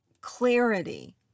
clarity